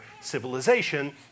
civilization